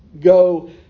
go